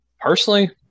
Personally